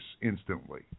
instantly